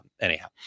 anyhow